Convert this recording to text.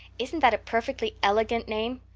isn't that a perfectly elegant name?